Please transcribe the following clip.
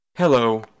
Hello